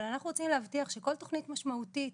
אבל אנחנו רוצים להבטיח שכל תוכנית משמעותית